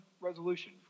resolution